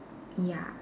ya